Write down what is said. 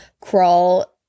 crawl